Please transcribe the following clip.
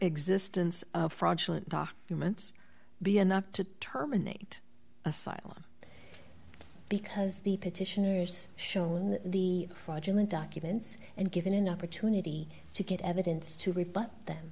existence of fraudulent documents be enough to terminate asylum because the petitioners shown the fudging the documents and given an opportunity to get evidence to re